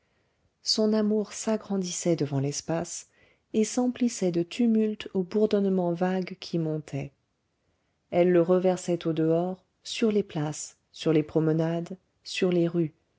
son amour s'agrandissait devant l'espace et s'emplissait de tumulte aux bourdonnements vagues qui montaient elle le reversait au dehors sur les places sur les promenades sur les rues